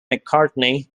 mccartney